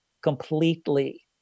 completely